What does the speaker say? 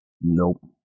nope